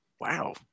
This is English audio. wow